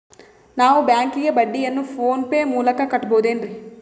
ನಾವು ಬ್ಯಾಂಕಿಗೆ ಬಡ್ಡಿಯನ್ನು ಫೋನ್ ಪೇ ಮೂಲಕ ಕಟ್ಟಬಹುದೇನ್ರಿ?